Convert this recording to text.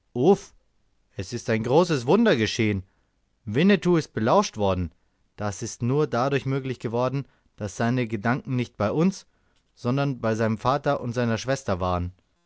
es ist ein großes wunder geschehen winnetou ist belauscht worden das ist nur dadurch möglich geworden daß seine gedanken nicht bei uns sondern bei seinem vater und seiner schwester waren